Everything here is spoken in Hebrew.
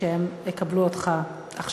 כשהם יקבלו אותו עכשיו.